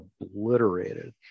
obliterated